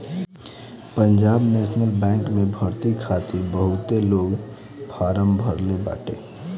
Punjab national bank में भर्ती खातिर बहुते लोग फारम भरले बाटे